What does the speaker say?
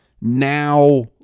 Now